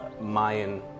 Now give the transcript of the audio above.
Mayan